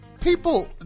People